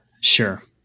Sure